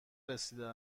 رسیده